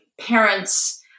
parents